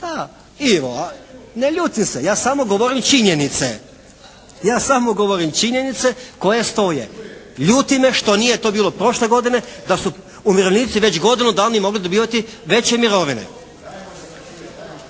Ivo ne ljutim se. Ja samo govorim činjenice koje stoje. Ljuti me što nije to bilo prošle godine da su umirovljenici već godinu dana mogli dobivati veće mirovine.